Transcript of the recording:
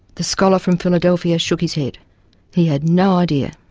the scholar from philadelphia shook his head he had no idea.